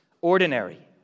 ordinary